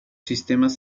sistemas